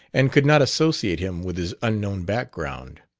and could not associate him with his unknown background.